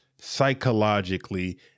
psychologically